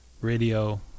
radio